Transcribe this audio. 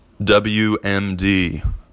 WMD